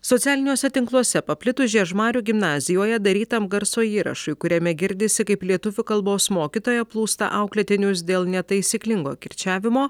socialiniuose tinkluose paplitus žiežmarių gimnazijoje darytam garso įrašui kuriame girdisi kaip lietuvių kalbos mokytoja plūsta auklėtinius dėl netaisyklingo kirčiavimo